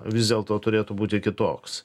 vis dėlto turėtų būti kitoks